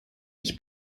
ich